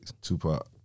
Tupac